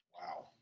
Wow